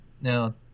Now